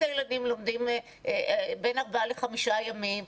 הילדים לומדים בין ארבעה לחמישה ימים.